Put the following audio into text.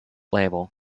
label